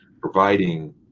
providing